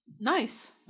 Nice